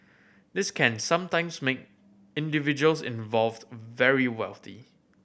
this can sometimes make individuals involved very wealthy